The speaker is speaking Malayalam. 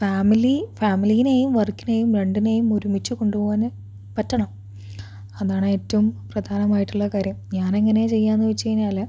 ഫാമിലി ഫാമിലിയെയും വർക്കിനെയും രണ്ടിനെയും ഒരുമിച്ചു കൊണ്ടുപോകാൻ പറ്റണം അതാണ് ഏറ്റവും പ്രധാനമായിട്ടുള്ള കാര്യം ഞാനെങ്ങനെയാണു ചെയ്യുക എന്നു വെച്ചു കഴിഞ്ഞാൽ